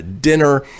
dinner